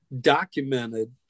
documented